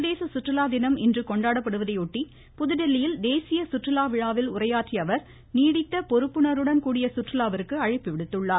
சர்வதேச சுற்றுலா தினம் இன்று கொண்டாடப்படுவதையொட்டி புதுதில்லியில் தேசிய சுற்றுலா விழாவில் உரையாற்றிய அவர் நீடித்த பொறுப்புணர்வுடன் கூடிய சுற்றுலாவிற்கு அழைப்பு விடுத்துள்ளார்